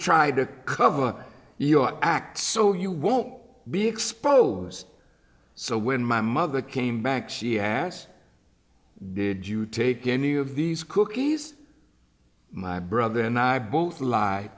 try to cover your act so you won't be exposed so when my mother came back she asked did you take any of these cookies my brother and i both lie